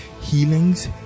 healings